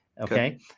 Okay